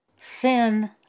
sin